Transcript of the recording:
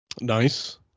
Nice